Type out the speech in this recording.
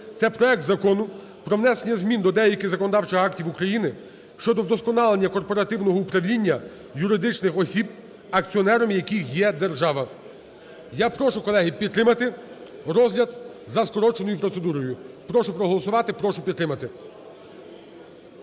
це проект Закону про внесення змін до деяких законодавчих актів України щодо вдосконалення корпоративного управління юридичних осіб, акціонером яких є держава. Я прошу, колеги, підтримати розгляд за скороченою процедурою. Прошу проголосувати, прошу підтримати.